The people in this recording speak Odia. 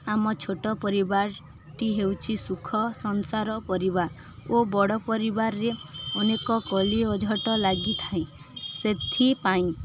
ଆମ ଛୋଟ ପରିବାରଟି ହେଉଛିି ସୁଖ ସଂସାର ପରିବା ଓ ବଡ଼ ପରିବାରରେ ଅନେକ କଳି ଅଝଟ ଲାଗିଥାଏ ସେଥିପାଇଁ